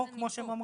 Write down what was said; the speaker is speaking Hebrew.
או כמו שהם אומרים,